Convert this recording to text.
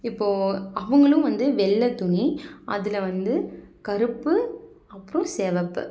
இப்போ அவங்களும் வந்து வெள்ளை துணி அதில் வந்து கருப்பு அப்புறம் சிவப்பு